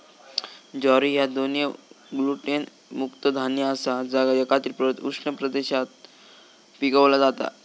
ज्वारी ह्या दोन्ही ग्लुटेन मुक्त धान्य आसा जा जगातील उष्ण प्रदेशात पिकवला जाता